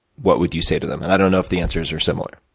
what would you say to them? and, i don't know if the answers are similar.